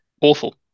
awful